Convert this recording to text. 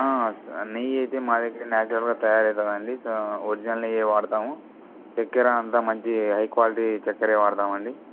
నెయ్యి అయితే మా దగ్గర నాచురల్గా తయారవుతుందండి సో ఒరిజినల్ నెయ్యే వాడతాము చక్కర అంతా మంచి హై క్వాలిటీ చక్కరే వాడతామండి